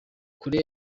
korea